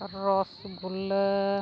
ᱨᱚᱥᱜᱩᱞᱞᱟᱹ